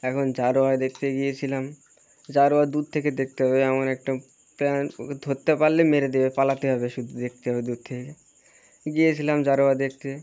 এখন জারোয়া দেখতে গিয়েছিলাম জারোয়া দুর থেকে দেখতে হবে এমন একটা প্রাণ ধরতে পারলে মেরে দেবে পালাতে হবে শুধু দেখতে হবে দুর থেকে গিয়েছিলাম জারোয়া দেখতে